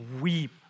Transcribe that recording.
weep